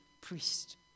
priest